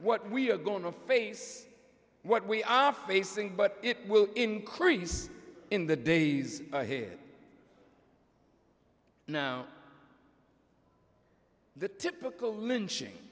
what we are going to face what we are facing but it will increase in the days here now the typical lynching